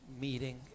meeting